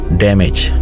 damage